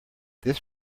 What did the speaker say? this